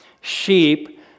Sheep